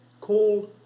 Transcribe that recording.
called